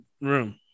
room